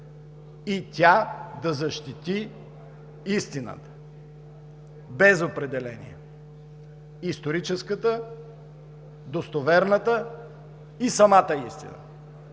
и тя да защити истината, без определения – историческата, достоверната и самата истина.